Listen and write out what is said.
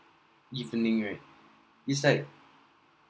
evening right it's like